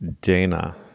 Dana